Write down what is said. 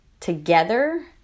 together